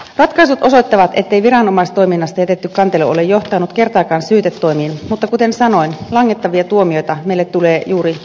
ratkaisut osoittavat ettei viranomaistoiminnasta jätetty kantelu ole johtanut kertaakaan syytetoimiin mutta kuten sanoin langettavia tuomioita meille tulee juuri ihmisoikeustuomioistuimesta